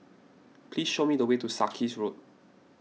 please show me the way to Sarkies Road